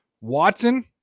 Watson